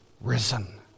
risen